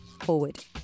forward